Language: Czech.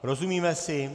Rozumíme si?